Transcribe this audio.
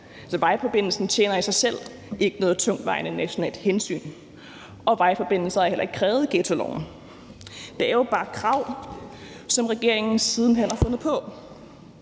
Så vejforbindelsen tjener i sig selv ikke noget tungtvejende nationalt hensyn, og vejforbindelser er heller ikke krævet i ghettoloven. Det er jo bare et krav, som regeringen siden hen har fundet på.